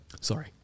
Sorry